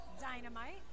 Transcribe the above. dynamite